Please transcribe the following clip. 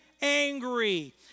angry